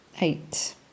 Eight